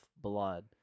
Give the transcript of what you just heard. blood